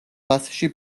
მასში